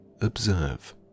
observe